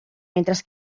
mientras